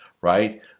right